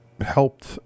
helped